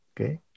okay